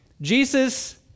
Jesus